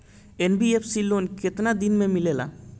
NBFC loan केतना दिन मे मिलेला?